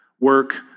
work